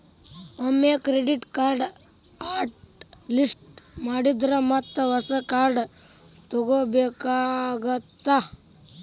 ಒಮ್ಮೆ ಕ್ರೆಡಿಟ್ ಕಾರ್ಡ್ನ hot list ಮಾಡಿದ್ರ ಮತ್ತ ಹೊಸ ಕಾರ್ಡ್ ತೊಗೋಬೇಕಾಗತ್ತಾ